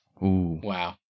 wow